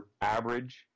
average